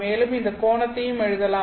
மேலும் இந்த கோணத்தையும் எழுதலாம்